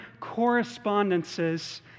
correspondences